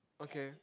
okay